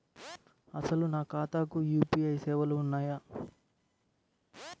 అసలు నా ఖాతాకు యూ.పీ.ఐ సేవలు ఉన్నాయా?